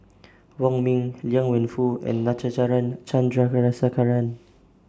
Wong Ming Liang Wenfu and Natarajan Chandrasekaran